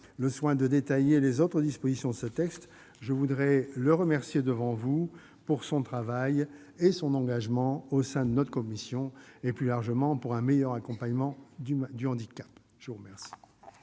le soin de détailler les autres dispositions de ce texte. Je voudrais le remercier devant vous pour son travail et son engagement au sein de notre commission et, plus largement, pour un meilleur accompagnement du handicap. La parole